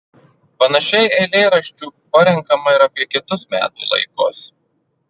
panašiai eilėraščių parenkama ir apie kitus metų laikus